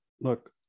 Look